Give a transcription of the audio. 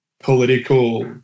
political